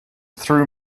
through